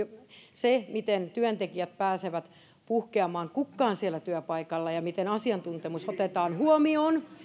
se miten työntekijät pääsevät puhkeamaan kukkaan työpaikalla ja se miten asiantuntemus otetaan huomioon